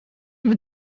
mit